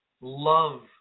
love